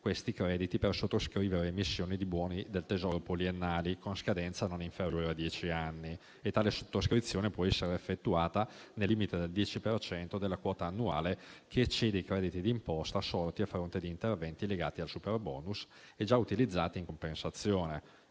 questi crediti per sottoscrivere emissioni di buoni del tesoro poliennali, con scadenza non inferiore a dieci anni. Tale sottoscrizione può essere effettuata nel limite del 10 per cento della quota annuale che eccede i crediti di imposta sorti a fronte di interventi legati al superbonus e già utilizzati in compensazione